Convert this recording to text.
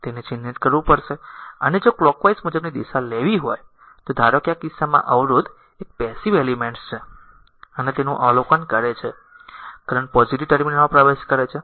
તેને ચિહ્નિત કરવું પડશે અને જો કલોકવાઈઝ મુજબની દિશા લેવી હોય તો ધારો કે આ કિસ્સામાં અવરોધ એક પેસીવ એલીમેન્ટ્સ છે અને તે તેનું અવલોકન કરે છે કરંટ પોઝીટીવ ટર્મિનલમાં પ્રવેશ કરે છે